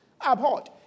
Abhorred